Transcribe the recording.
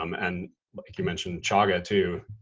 um and like you mentioned chaga too.